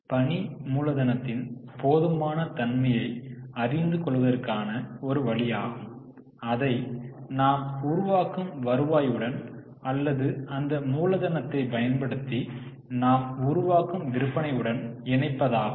பணி மூலதனத்தின் போதுமான தன்மையை அறிந்து கொள்வதற்கான ஒரு வழியாகும் அதை நாம் உருவாக்கும் வருவாயுடன் அல்லது அந்த மூலதனத்தைப் பயன்படுத்தி நாம் உருவாக்கும் விற்பனையுடன் இணைப்பதாகும்